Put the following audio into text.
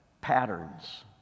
patterns